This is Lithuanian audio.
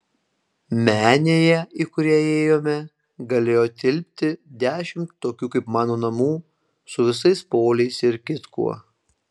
menėje į kurią įėjome galėjo tilpti dešimt tokių kaip mano namų su visais poliais ir kitkuo